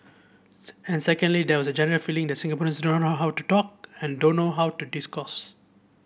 and secondly there was a general feeling that Singaporeans do not know how to talk and don't know how to discourse